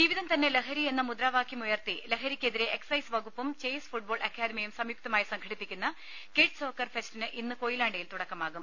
ജീവിതം തന്നെ ലഹരി എന്ന മുദ്രാവാക്യം ഉയർത്തി ലഹരിക്കെതിരെ എക്സൈസ് വകുപ്പും ചേസ് ഫുട്ബോൾ അക്കാദമിയും സംയുക്തമായി സംഘടിപ്പിക്കുന്ന കിഡ്സ് സോക്കർ ഫെസ്റ്റിന് ഇന്ന് കൊയിലാണ്ടിയിൽ തുടക്കമാകും